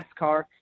NASCAR